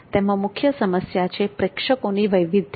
તેમાં મુખ્ય સમસ્યા છે પ્રેક્ષકોની વૈવિધ્યતા